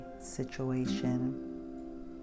situation